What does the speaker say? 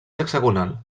hexagonal